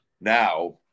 Now